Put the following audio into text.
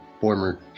former